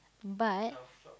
but